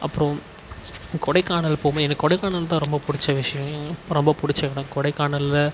அப்புறோம் கொடைக்கானல் எப்போவுமே எனக்கு கொடைக்கானல் தான் ரொம்ப பிடிச்ச விஷயம் ரொம்ப பிடிச்ச இடம் கொடைக்கானலில்